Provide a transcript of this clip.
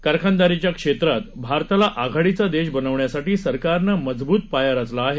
कारखानदारीच्या क्षेत्रात भारताला आघाडीचा देश बनवण्यासाठी सरकारनं मजबूत पाया रचला आहे